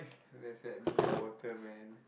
there's like Newater man